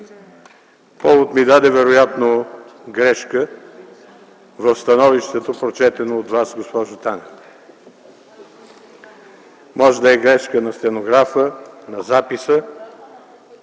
Повод ми даде вероятно грешка в становището, прочетено от Вас, госпожо Танева. Може да е грешка на стенографа, на записа...